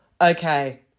okay